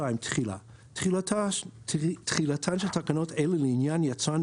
תחילה 2. תחילתן של תקנות אלה לעניין יצרן